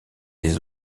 des